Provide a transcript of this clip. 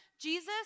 Jesus